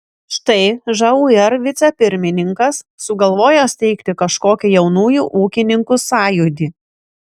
štai žūr vicepirmininkas sugalvojo steigti kažkokį jaunųjų ūkininkų sąjūdį